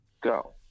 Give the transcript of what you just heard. go